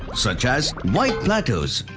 such as wide plateaus,